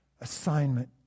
assignment